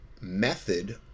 method